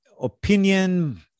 opinion